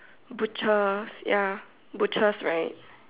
butcher ya butchers right